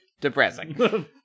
depressing